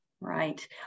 Right